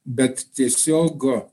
bet tiesiog